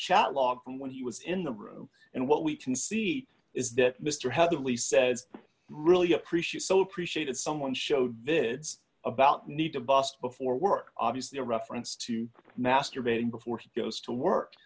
chat logs from when he was in the room and what we can see is that mr hadley says really appreciate so appreciate it someone showed this about need to bust before work obviously a reference to masturbating before he goes to work